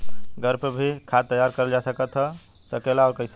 घर पर भी खाद तैयार करल जा सकेला और कैसे?